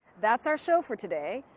that's our show for today.